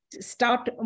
start